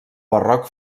barroc